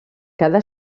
cada